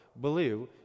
believe